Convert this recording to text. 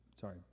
sorry